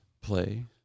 Play